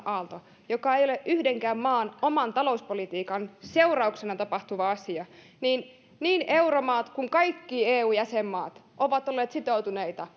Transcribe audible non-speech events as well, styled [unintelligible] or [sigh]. aalto joka ei ole yhdenkään maan oman talouspolitiikan seurauksena tapahtuva asia niin niin euromaat kuin kaikki eu jäsenmaat ovat olleet sitoutuneita [unintelligible]